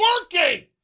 working